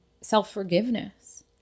self-forgiveness